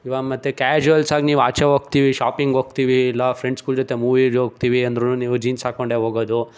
ಇವಾಗ ಮತ್ತು ಕ್ಯಾಶುವಲ್ಸಾಗಿ ನೀವು ಆಚೆ ಹೋಗ್ತೀವ್ ಶಾಪಿಂಗ್ ಹೋಗ್ತೀವಿ ಇಲ್ಲ ಫ್ರೆಂಡ್ಸ್ಗಳ ಜೊತೆ ಮೂವೀಗೆ ಹೋಗ್ತೀವಿ ಅಂದ್ರೂ ನೀವು ಜೀನ್ಸ್ ಹಾಕಿಕೊಂಡೇ ಹೋಗೋದು